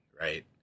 right